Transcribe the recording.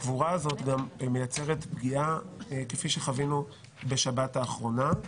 הקבורה הזאת גם מייצרת פגיעה כפי שחווינו בשבת האחרונה,